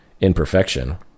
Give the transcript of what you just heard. imperfection